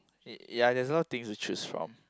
ya there is no things to choose from